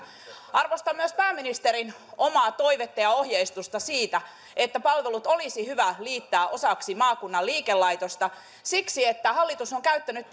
arvostan myös pääministerin omaa toivetta ja ohjeistusta siitä että palvelut olisi hyvä liittää osaksi maakunnan liikelaitosta siksi että hallitus on käyttänyt